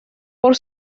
por